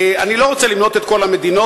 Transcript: אני לא רוצה למנות את כל המדינות.